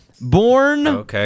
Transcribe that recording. Born